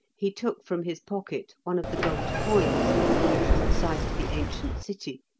he took from his pocket one of the gold coins he had brought from the site of the ancient city,